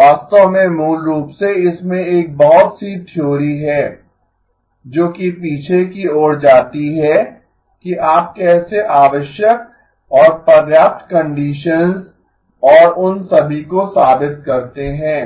वास्तव में मूल रूप से इसमें एक बहुत सी थ्योरी हैं जोकि पीछे की ओर जाती है कि आप कैसे आवश्यक और पर्याप्त कंडीशंस और उन सभी को साबित करते हैं